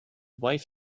wife